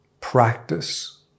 practice